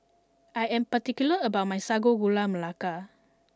I am particular about my Sago Gula Melaka